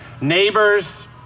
Neighbors